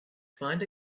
find